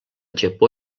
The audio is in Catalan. japó